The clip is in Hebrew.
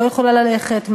לא יכולה ללכת,